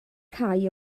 cau